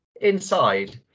inside